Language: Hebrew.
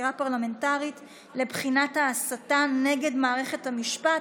חקירה פרלמנטרית לבחינת ההסתה נגד מערכת המשפט,